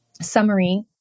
summary